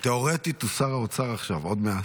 תיאורטית הוא שר האוצר עכשיו, עוד מעט.